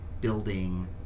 building